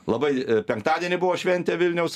labai penktadienį buvo šventė vilniaus